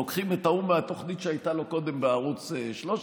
לוקחים את ההוא מהתוכנית שהייתה לו קודם בערוץ 13,